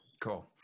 Cool